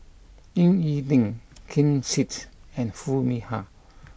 Ying E Ding Ken Seet and Foo Mee Har